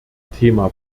thema